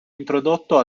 introdotto